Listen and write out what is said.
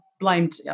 blamed